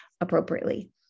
appropriately